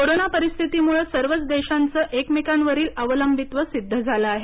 corona परिस्थितीमुळं सर्वच देशांचं एकमेकांवरील अवलंबित्व सिद्ध झालं आहे